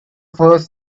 first